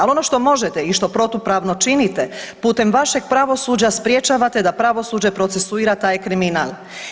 Ali ono što možete i što protupravno činite putem vašeg pravosuđa sprječavate da pravosuđe procesuira taj kriminal.